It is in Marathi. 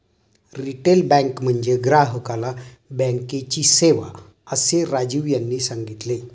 रिटेल बँक म्हणजे ग्राहकाला बँकेची सेवा, असे राजीव यांनी सांगितले